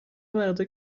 مردا